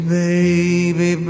baby